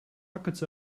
buckets